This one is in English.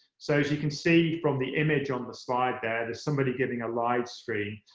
so as you can see from the image on the slide there, there's somebody giving a livestream,